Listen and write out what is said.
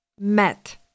Met